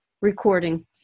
recording